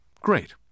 great